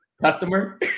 customer